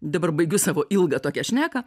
dabar baigiu savo ilgą tokią šneką